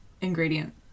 ingredient